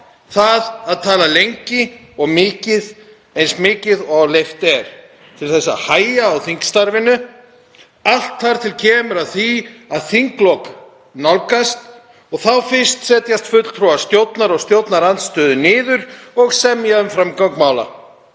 að tala lengi og mikið, eins mikið og leyft er, til að hægja á þingstarfinu allt þar til kemur að því að þinglok nálgast. Þá fyrst setjast fulltrúar stjórnar og stjórnarandstöðu niður og semja um framgang mála,